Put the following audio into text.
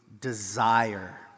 desire